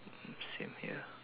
same here